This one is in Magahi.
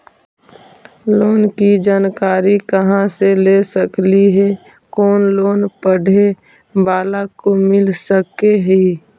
लोन की जानकारी कहा से ले सकली ही, कोन लोन पढ़े बाला को मिल सके ही?